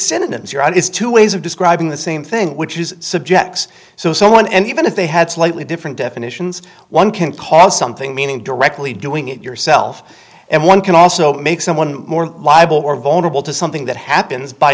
synonyms your ideas two ways of describing the same thing which is subjects so someone and even if they had slightly different definitions one can call something meaning directly doing it yourself and one can also make someone more liable or vulnerable to something that happens by